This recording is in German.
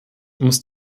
muss